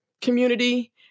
community